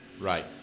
Right